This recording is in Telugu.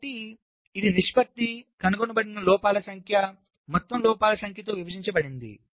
కాబట్టి ఇది నిష్పత్తి కనుగొనబడిన లోపాల సంఖ్య మొత్తం లోపాల సంఖ్యతో విభజించబడింది